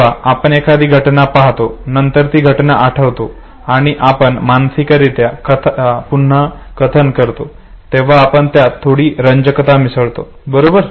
जेव्हा आपण एखादी घटना पाहतो नंतर ती घटना आठवतो आणि आपण मानसिकरित्या कथा पुन्हा कथन करतो तेव्हा आपण त्यात थोडी रंजकता मिसळतो बरोबर